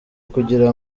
kugira